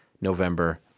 November